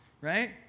right